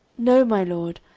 no, my lord,